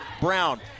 Brown